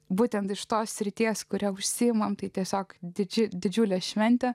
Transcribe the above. būtent iš tos srities kuria užsiimame tai tiesiog didžiai didžiulę šventę